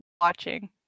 watching